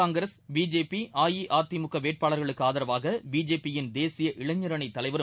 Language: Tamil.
காங்கிரஸ் பிஜேபி அஇஅதிமுக வேட்பாளர்களுக்கு ஆதரவாக பிஜேபியின் தேசிய இளைஞர் அணித் தலைவரும்